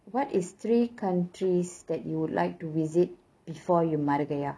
what is three countries that you would like to visit before you marugaya